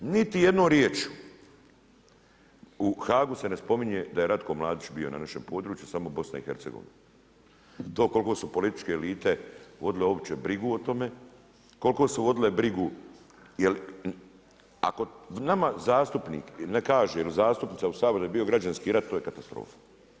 Niti jednom riječju u Haagu se ne spominje da je Ratko Mladić bio na našem području, samo BiH. to koliko su političke elite vodile uopće brigu o tome, koliko su vodile brigu jel ako nama zastupnik ne kaže ili zastupnica u Saboru da je bio građanski rat, to je katastrofa.